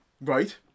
Right